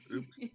Oops